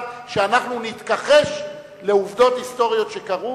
שאנחנו נתכחש לעובדות היסטוריות שקרו,